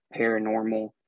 paranormal